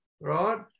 right